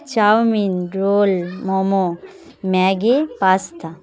chowmein roll momo Maggi pasta